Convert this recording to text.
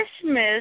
Christmas